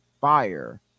Fire